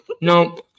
No